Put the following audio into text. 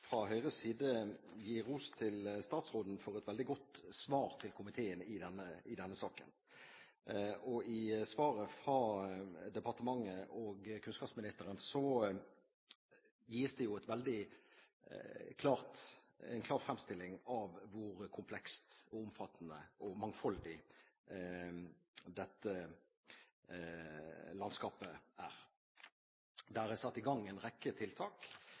fra Høyres side gi ros til statsråden for et veldig godt svar til komiteen i denne saken. I svaret fra departementet og kunnskapsministeren gis det en veldig klar fremstilling av hvor komplekst, omfattende og mangfoldig dette landskapet er. Det er satt i gang en rekke tiltak,